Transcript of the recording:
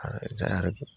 आरो जाया आरो